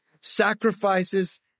sacrifices